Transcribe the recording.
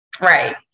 right